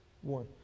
One